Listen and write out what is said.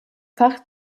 fach